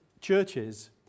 churches